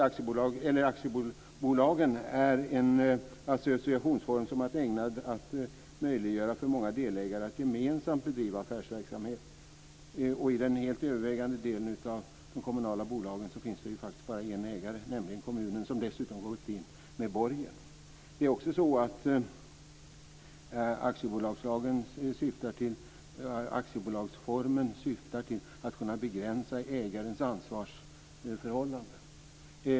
Aktiebolaget är en associationsform som har varit ägnad att möjliggöra för många delägare att gemensamt bedriva affärsverksamhet. I den helt övervägande delen av de kommunala bolagen finns det faktiskt bara en ägare, nämligen kommunen, som dessutom gått in med borgen. Aktiebolagsformen syftar också till att möjliggöra en begränsning av ägarens ansvarsförhållande.